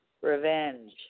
revenge